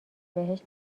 بهشت